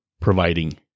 providing